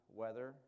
weather